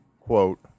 quote